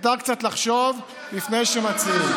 מותר קצת לחשוב לפני שמציעים.